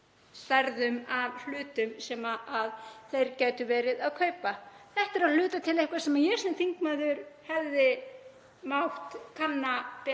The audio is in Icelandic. stærðum af hlutum sem þeir gætu verið að kaupa. Þetta er að hluta til eitthvað sem ég sem þingmaður hefði mátt kanna